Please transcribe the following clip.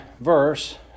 verse